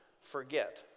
forget